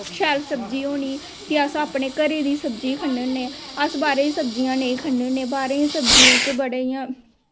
शैल सब्जी होनी फ्ही अस अपने घरे दी सब्जी खन्ने होन्ने अस बाह्रे दी सब्जियां नेंई खन्ने होन्ने बाह्रे दियें सब्जियें च बड़ा इयां